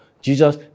Jesus